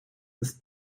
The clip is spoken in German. ist